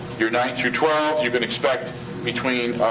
your nine through twelve, you can expect between